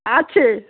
আছে